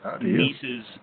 nieces